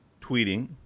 tweeting